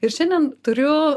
ir šiandien turiu